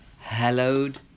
hallowed